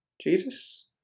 Jesus